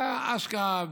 השקעה,